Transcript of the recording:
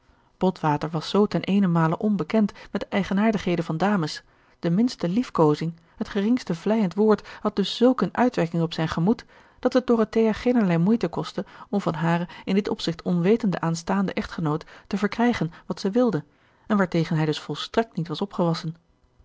botwater was zoo ten eenenmale onbekend met de eigenaardigheden van dames de minste liefkozing het geringste vleijend woord had dus zulk eene uitwerking op zijn gemoed dat het dorothea geenerlei moeite kostte om van haren in dit opzicht onwetenden aanstaanden echtgenoot te verkrijgen wat zij wilde en waartegen hij dus volstrekt niet was opgewassen